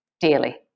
daily